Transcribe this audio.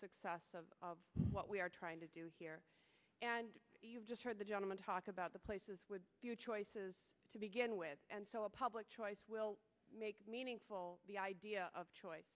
success of what we are trying to do here and just heard the gentleman talk about the places choices to begin with and so a public choice will make meaningful the idea of choice